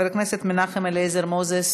חבר הכנסת מנחם אליעזר מוזס